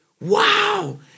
Wow